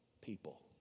people